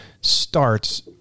starts